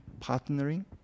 partnering